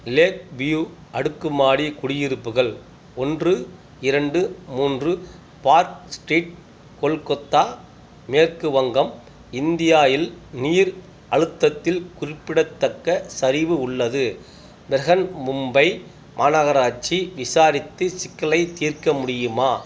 lakh View அடுக்குமாடி குடியிருப்புகள் ஒன்று இரண்டு மூன்று பார்க் ஸ்ட்ரீட் கொல்கத்தா மேற்கு வங்கம் இந்தியா இல் நீர் அழுத்தத்தில் குறிப்பிடத்தக்க சரிவு உள்ளது பிரஹன் மும்பை மாநகராட்சி விசாரித்து சிக்கலைத் தீர்க்க முடியுமா